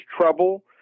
trouble